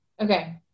Okay